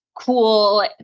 cool